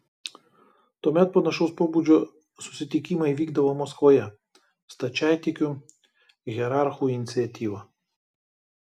tuomet panašaus pobūdžio susitikimai vykdavo maskvoje stačiatikių hierarchų iniciatyva